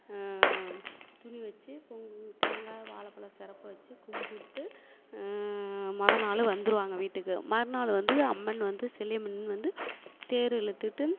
துணி வச்சு பொங்கு தேங்காய் வாழைப் பழம் சிறப்பு வச்சு கும்பிட்டு மொதல் நாள் வந்துடுவாங்க வீட்டுக்கு மறுநாள் வந்து அம்மன் வந்து செல்லியம்மன் வந்து தேர் இழுத்துட்டு